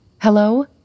Hello